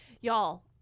Y'all